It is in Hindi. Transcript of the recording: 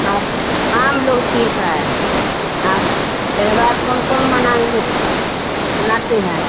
आप हम लोग ठीक है आप त्यौहार कौन कौन मनाने मनाती हैं